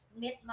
Met